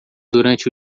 durante